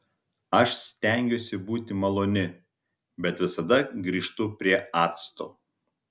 aš stengiuosi būti maloni bet visada grįžtu prie acto